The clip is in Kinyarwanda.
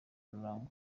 rurangwa